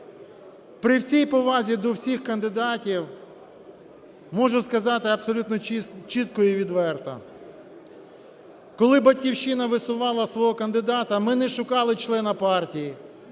При всій повазі до всіх кандидатів, можу сказати абсолютно чітко і відверто, коли "Батьківщина" висувала свого кандидата, ми не шукали члена партії,